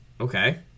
Okay